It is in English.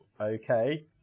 okay